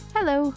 Hello